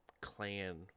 clan